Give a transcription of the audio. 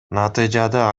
натыйжада